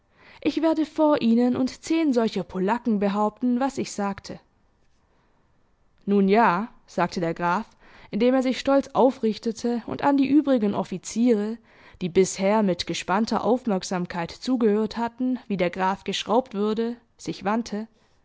ich werde vor ihnen und zehn solcher polacken behaupten was ich sagte nun ja sagte der graf indem er sich stolz aufrichtete und an die übrigen offiziere die bisher mit gespannter aufmerksamkeit zugehört hatten wie der graf geschraubt würde sich wandte